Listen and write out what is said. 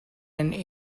and